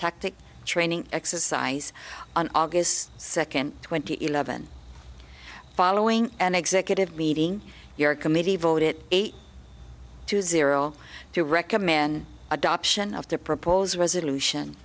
tactic training exercise on august second twenty eleven following an executive meeting your committee voted eight to zero to recommend adoption of the proposed resolution